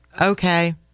okay